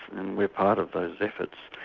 and we're part of those efforts,